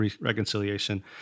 reconciliation